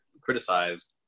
criticized